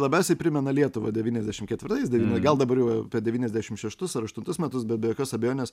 labiausiai primena lietuvą devyniasdešimt ketvirtais gal dabar jau apie devyniasdešimt šeštus ar aštuntus metus bet be jokios abejonės